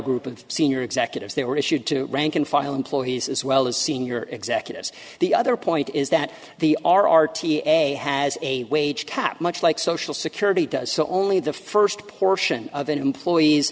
group of senior executives they were issued to rank and file employees as well as senior executives the other point is that the r r t a has a wage cap much like social security does so only the first portion of a employee